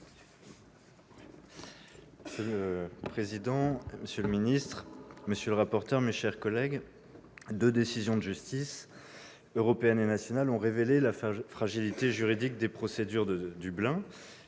Monsieur le président, monsieur le ministre d'État, monsieur le rapporteur, mes chers collègues, deux décisions de justice, l'une européenne et l'autre nationale, ont révélé la fragilité juridique des procédures Dublin.